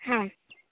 ಹಾಂ